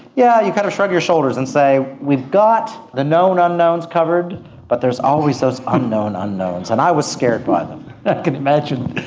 yeah you kind of shrug our shoulders and say we've got the known unknowns covered but there's always those unknown unknowns. and i was scared by them. i can imagine.